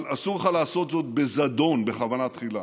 אבל אסור לך לעשות זאת בזדון, בכוונה תחילה.